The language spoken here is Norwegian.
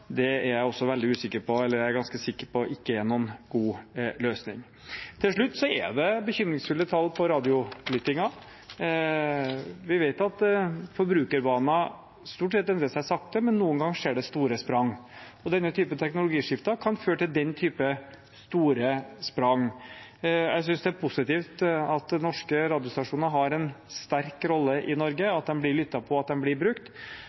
er jeg ganske sikker på ikke er noen god løsning. Til slutt: Det er bekymringsfulle tall for radiolyttingen. Vi vet at forbrukervaner stort sett endrer seg sakte, men noen ganger skjer det store sprang. Denne type teknologiskifter kan føre til den type store sprang. Jeg synes det er positivt at norske radiostasjoner har en sterk rolle i Norge, at de blir lyttet på, og at de blir brukt.